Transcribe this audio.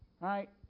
Right